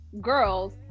girls